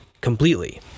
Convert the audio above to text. completely